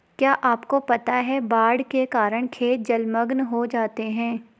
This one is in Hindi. क्या आपको पता है बाढ़ के कारण खेत जलमग्न हो जाते हैं?